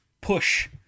push